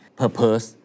purpose